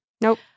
nope